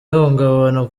ihungabana